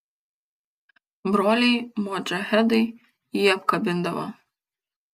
broliai modžahedai jį apkabindavo